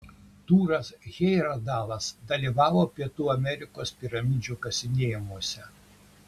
tūras hejerdalas dalyvavo pietų amerikos piramidžių kasinėjimuose